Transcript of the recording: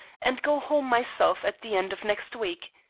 and go home myself at the end of next week.